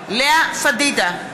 לאה פדידה,